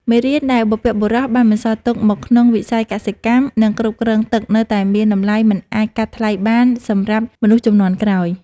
មេរៀនដែលបុព្វបុរសបានបន្សល់ទុកមកក្នុងវិស័យកសិកម្ម និងគ្រប់គ្រងទឹកនៅតែមានតម្លៃមិនអាចកាត់ថ្លៃបានសម្រាប់មនុស្សជំនាន់ក្រោយ។